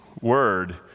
word